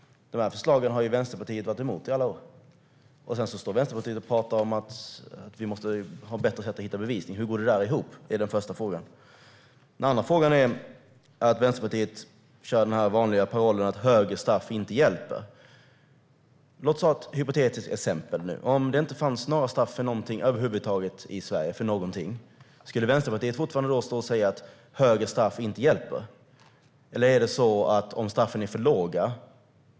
De här förslagen har Vänsterpartiet varit emot i alla år. Sedan står Vänsterpartiet och pratar om att vi måste ha bättre sätt att hitta bevisning. Hur går det ihop? Det är den första frågan. Den andra frågan handlar om att Vänsterpartiet kör den vanliga parollen att högre straff inte hjälper. Låt oss ta ett hypotetiskt exempel! Om det inte fanns några straff för någonting över huvud taget i Sverige, skulle Vänsterpartiet fortfarande stå och säga att högre straff inte hjälper? Eller hjälper högre straff om straffen är för låga?